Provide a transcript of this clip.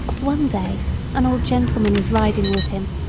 one day an old gentleman was riding with him,